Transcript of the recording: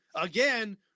again